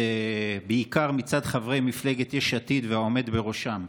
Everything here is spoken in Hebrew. בעיקר מצד חברי מפלגת יש עתיד והעומד בראשה.